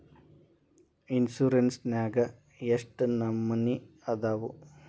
Insurance ನ್ಯಾಗ ಎಷ್ಟ್ ನಮನಿ ಅದಾವು?